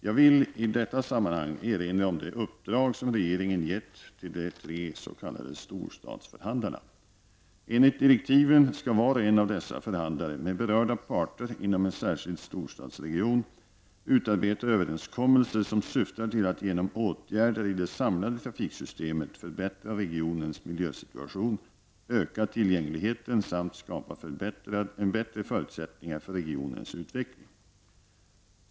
Jag vill i detta sammanhang erinra om det uppdrag som regeringen gett till de tre s.k. storstadsförhandlarna. Enligt direktiven skall var och en av dessa förhandlare med berörda parter inom en särskild storstadsregion utarbeta överenskommelser som syftar till att genom åtgärder i det samlade trafiksystemet förbättra regionens miljösituation, öka tillgängligheten samt skapa bättre förutsättningar för regionens utveckling.